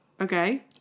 Okay